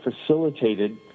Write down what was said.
facilitated